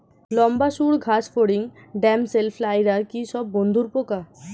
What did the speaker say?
লম্বা সুড় ঘাসফড়িং ড্যামসেল ফ্লাইরা কি সব বন্ধুর পোকা?